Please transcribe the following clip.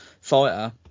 fighter